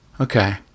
Okay